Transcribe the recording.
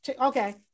okay